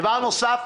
דבר נוסף,